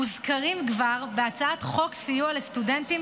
כבר מוזכרים בהצעת חוק סיוע לסטודנטים